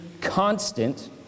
constant